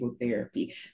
therapy